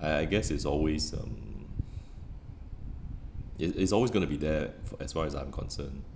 I I guess it's always um it it's always gonna be there for as far as I'm concerned